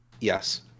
Yes